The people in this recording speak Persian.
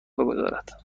بگذارد